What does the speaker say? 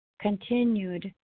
Continued